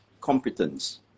competence